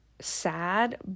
sad